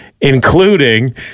including